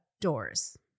doors